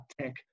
tech